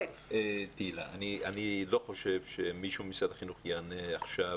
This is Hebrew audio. אני לא חושב שמישהו ממשרד החינוך יענה עכשיו